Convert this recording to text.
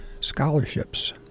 scholarships